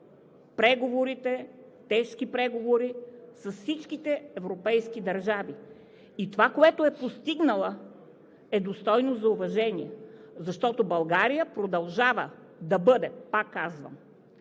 преговорите, тежки преговори, с всичките европейски държави и това, което е постигнала, е достойно за уважение, защото България продължава да бъде, пак казвам,